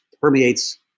permeates